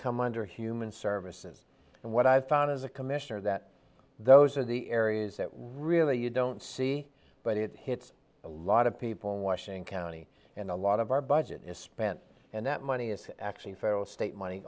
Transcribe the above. come under human services and what i've found as a commissioner that those are the areas that really you don't see but it hits a lot of people in washington county and a lot of our budget is spent and that money is actually federal state money